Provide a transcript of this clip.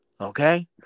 Okay